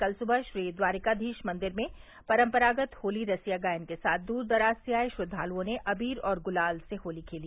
कल सुबह श्री द्वारिकाधीश मन्दिर में परंपरागत होली रसिया गायन के साथ दूर दराज़ से आये श्रद्वालुओं ने अबीर और गुलाल से होली खेली